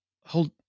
hold